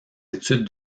études